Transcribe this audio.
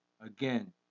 again